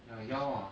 ya 要 ah